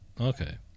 Okay